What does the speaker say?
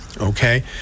okay